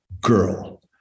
girl